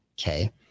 okay